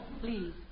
Please